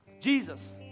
Jesus